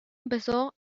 empezó